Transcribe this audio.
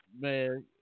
Man